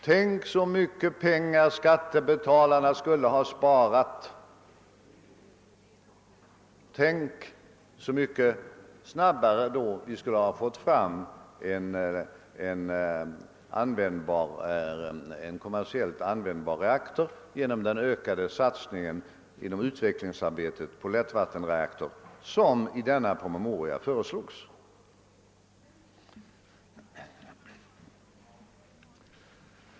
Tänk så mycket pengar skattebetalarna skulle ha sparat, tänk så mycket snabbare vi skulle ha fått fram en kommersiellt användbar reaktor genom den ökade satsningen inom utvecklingsarbetet på en lättvattenreaktor, som i denna promemoria föreslogs!